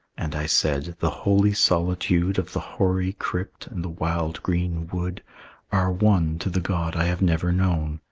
and i said, the holy solitude of the hoary crypt and the wild green wood are one to the god i have never known,